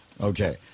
Okay